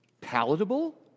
palatable